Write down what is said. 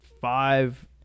five